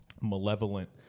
malevolent